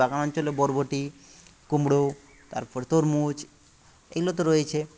বাগান অঞ্চলে বরবটি কুমড়ো তারপর তরমুজ এগুলো তো রয়েইছে